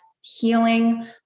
healing